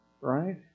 Right